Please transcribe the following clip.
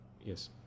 Yes